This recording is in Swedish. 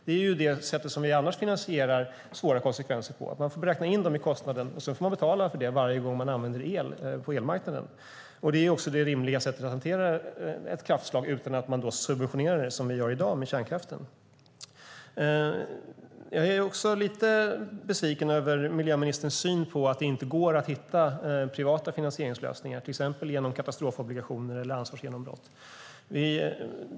Det är det sätt som vi annars finansierar svåra konsekvenser på, alltså att de beräknas in i kostnaden och så får man betala för dem varje gång man använder el på elmarknaden. Det är också det rimliga sättet att hantera ett kraftslag utan att subventionera det som vi gör i dag med kärnkraften. Jag är lite besviken över miljöministerns syn på att det inte går att hitta privata finansieringslösningar till exempel genom katastrofobligationer eller ansvarsgenombrott.